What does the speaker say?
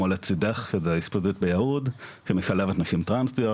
כמו לצידך, שזה שירות שמשלב נשים טרנסיות.